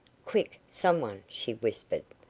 quick some one, she whispered.